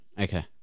Okay